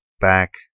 back